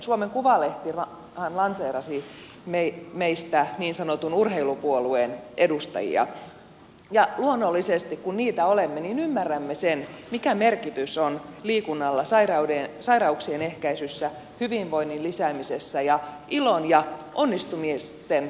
suomen kuvalehtihän lanseerasi meistä niin sanotun urheilupuolueen edustajia ja luonnollisesti kun niitä olemme ymmärrämme sen mikä merkitys on liikunnalla sairauksien ehkäisyssä hyvinvoinnin lisäämisessä ja ilon ja onnistumisten tuottamisessa